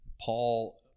Paul